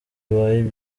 ibaye